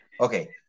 Okay